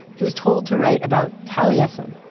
he was told to write about taliesin,